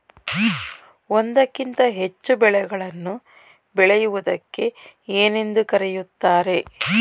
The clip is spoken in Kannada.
ಒಂದಕ್ಕಿಂತ ಹೆಚ್ಚು ಬೆಳೆಗಳನ್ನು ಬೆಳೆಯುವುದಕ್ಕೆ ಏನೆಂದು ಕರೆಯುತ್ತಾರೆ?